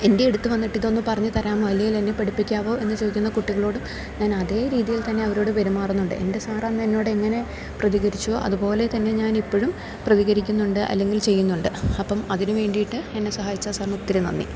എൻ്റെ അടുത്ത് വന്നിട്ട് ഇതൊന്ന് പറഞ്ഞ് തരാമോ അല്ലേൽ എന്നെ പഠിപ്പിക്കാവോ എന്ന് ചോദിക്കുന്ന കുട്ടികളോട് ഞാൻ അതേ രീതിയിൽ തന്നെ അവരോട് പെരുമാറുന്നുണ്ട് എൻ്റെ സാറന്ന് എന്നോട് എങ്ങനെ പ്രതികരിച്ചോ അതുപോലെ തന്നെ ഞാൻ ഇപ്പോഴും പ്രതികരിക്കുന്നുണ്ട് അല്ലെങ്കിൽ ചെയ്യുന്നുണ്ട് അപ്പം അതിന് വേണ്ടീട്ട് എന്നെ സഹായിച്ച ആ സാറിന് ഒത്തിരി നന്ദി